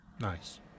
Nice